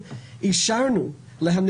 אפידמיולוגי אומנם יש הגבלה מסוימת על הפעילות שלהם,